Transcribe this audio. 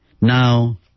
now